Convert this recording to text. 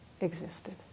existed